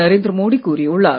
நரேந்திர மோடி கூறியுள்ளார்